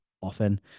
often